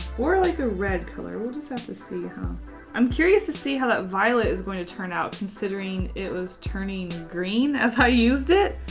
or like a red color. we'll just have to see how i'm curious to see how that violet is going to turn out considering it was turning green as i used it.